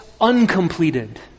uncompleted